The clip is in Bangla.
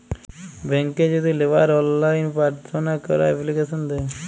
ব্যাংকে যদি লেওয়ার অললাইন পার্থনা ক্যরা এপ্লিকেশন দেয়